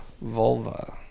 vulva